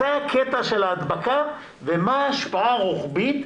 מתי הקטע של ההדבקה ומה ההשפעה הרוחבית,